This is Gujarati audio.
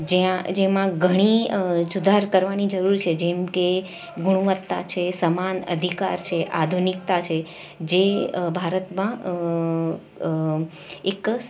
જ્યાં જેમાં ઘણી સુધાર કરવાની જરૂર છે જેમકે ગુણવત્તા છે સમાન અધિકાર છે આધુનિકતા છે જે ભારતમાં એક જ